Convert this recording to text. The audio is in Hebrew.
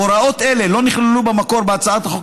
הוראות אלה לא נכללו במקור בהצעת החוק